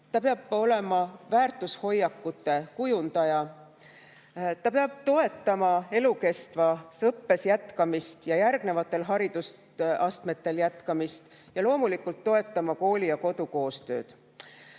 Ta peab olema väärtushoiakute kujundaja. Ta peab toetama elukestva õppe jätkamist ja järgmistel haridusastmetel jätkamist ja loomulikult toetama kooli ja kodu koostööd.